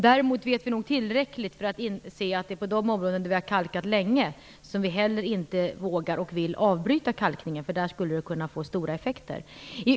Däremot vet vi nog tillräckligt för att inse att det är på de områden där vi har kalkat länge som vi inte vågar och vill avbryta kalkningen. Det skulle kunna få stora effekter där.